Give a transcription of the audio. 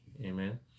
Amen